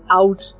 out